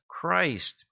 Christ